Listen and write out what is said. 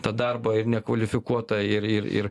tą darbą ir nekvalifikuotą ir